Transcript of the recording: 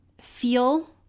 feel